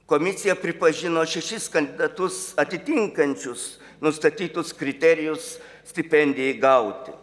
komisija pripažino šešis kandidatus atitinkančius nustatytus kriterijus stipendijai gauti